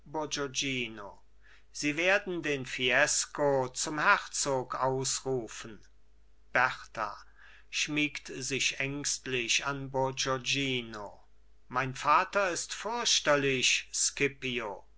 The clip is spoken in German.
sie werden den fiesco zum herzog ausrufen berta schmiegt sich ängstlich an bourgognino mein vater ist fürchterlich scipio